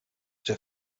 der